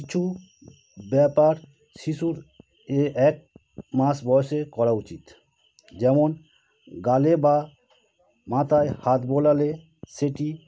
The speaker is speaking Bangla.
কিছু ব্যাপার শিশুর ইয়ে একমাস বয়সে করা উচিত যেমন গালে বা মাথায় হাত বোলালে সেটি